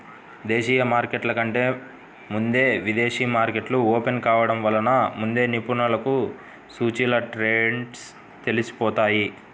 దేశీయ మార్కెట్ల కంటే ముందే విదేశీ మార్కెట్లు ఓపెన్ కావడం వలన ముందే నిపుణులకు సూచీల ట్రెండ్స్ తెలిసిపోతాయి